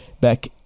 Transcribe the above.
back